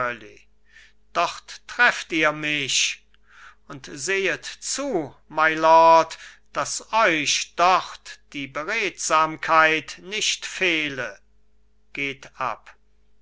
dort trefft ihr mich und sehet zu mylord daß euch dort die beredsamkeit nicht fehle geht ab